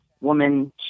woman